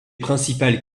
principales